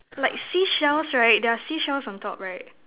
like seashells right there're seashells on top right